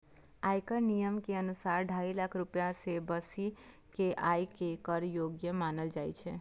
आयकर नियम के अनुसार, ढाई लाख रुपैया सं बेसी के आय कें कर योग्य मानल जाइ छै